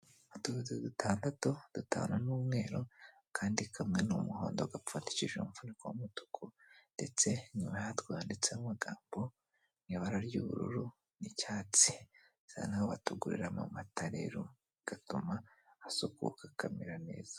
Utubido dutandatu, dutanu ni umweru akandi kamwe ni umuhondo gapfundikije umufuniko w'umutuku ndetse inyuma yatwo handitseho amagambo mu ibara ry'ubururu n'icyatsi, bisa nk'aho batuguriramo amata rero bigatuma asukuka akamera neza.